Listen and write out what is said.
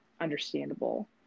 understandable